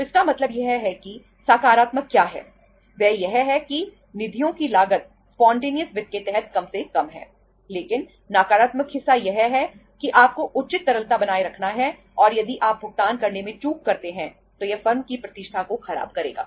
तो इसका मतलब यह है कि सकारात्मक क्या है वह यह है कि निधियों की लागत स्पॉन्टेनियस वित्त के तहत कम से कम है लेकिन नकारात्मक हिस्सा यह है कि आपको उचित तरलता बनाए रखना है और यदि आप भुगतान करने में चूक करते हैं तो यह फर्म की प्रतिष्ठा को खराब करेगा